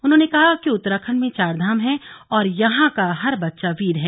उन्होंने कहा कि उत्तराखण्ड में चारधाम है और यहां का हर बच्चा वीर है